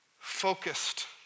focused